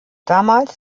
damals